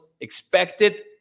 expected